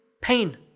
pain